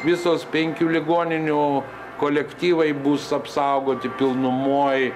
visos penkių ligoninių kolektyvai bus apsaugoti pilnumoj